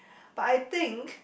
but I think